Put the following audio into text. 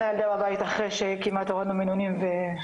הילדה בבית, אחרי שכמעט הורדנו מינונים.